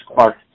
Clark